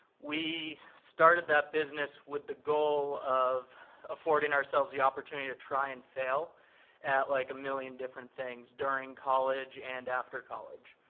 we started that business with the goal of affording ourselves the opportunity to try and fail at like a million different things during college and after college.